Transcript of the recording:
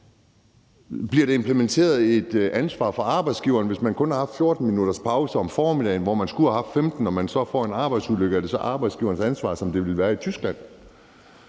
Bliver der implementeret et ansvar for arbejdsgiverne, f.eks hvis man kun har haft 14 minutters pause om formiddagen, hvor man skulle have haft 15 minutter, og man kommer ud for en arbejdsulykke, er det så arbejdsgiverens ansvar, som det ville være i Tyskland?